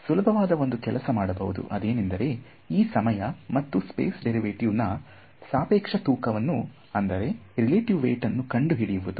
ಸುಲಭವಾದ ಒಂದು ಕೆಲಸ ಮಾಡಬಹುದು ಅದೇನೆಂದರೆ ಈ ಸಮಯ ಮತ್ತು ಸ್ಪೇಸ್ ಡೇರಿವೆಟಿವ್ ನಾ ಸಾಪೇಕ್ಷ ತೂಕ ವನ್ನು ಕಂಡು ಹಿಡಿಯುವುದು